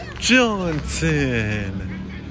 Johnson